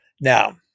Now